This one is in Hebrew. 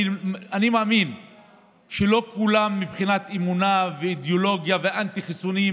אני מאמין שלא כולם לא התחסנו מבחינת אמונה ואידיאולוגיה ואנטי-חיסונים,